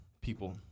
people